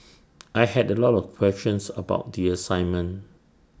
I had A lot of questions about the assignment